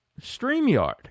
StreamYard